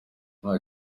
nta